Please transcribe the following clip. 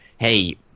hey